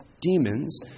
demons